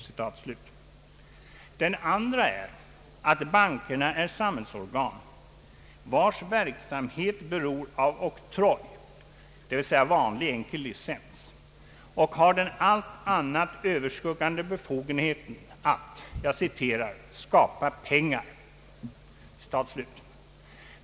Den andra tanken är att bankerna är samhällsorgan vars verksamhet beror av oktroj, d. v. s. vanlig enkel licens, och har den allt annat överskuggande befogenheten att ”skapa pengar”.